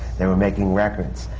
they were making records.